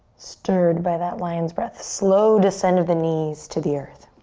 stirred by that lion's breath. slow descent of the knees to the earth.